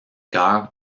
cœur